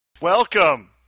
Welcome